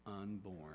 unborn